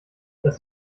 das